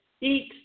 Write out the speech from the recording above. Eat